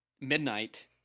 midnight